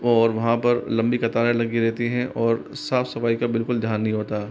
और वहाँ पर लंबी कतारें लगी रहती हैं और साफ़ सफ़ाई का बिल्कुल ध्यान नहीं होता